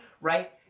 right